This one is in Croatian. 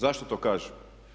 Zašto to kažem?